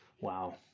Wow